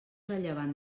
rellevant